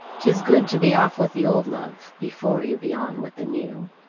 tis good to be off with the old love before you be on with the new